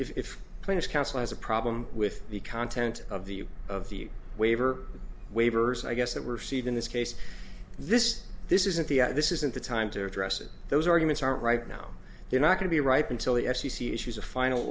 if printers council has a problem with the content of the of the waiver waivers i guess that we're seeing in this case this this isn't the this isn't the time to address it those arguments are right now you're not going to be ripe until the f c c issues a final